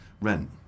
rent